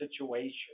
situation